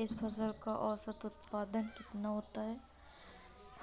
इस फसल का औसत उत्पादन कितना होगा और